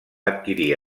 adquirir